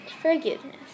forgiveness